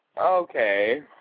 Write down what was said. Okay